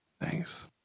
Thanks